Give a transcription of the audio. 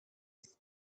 his